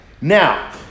Now